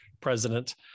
president